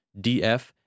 DF